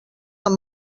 amb